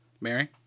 Mary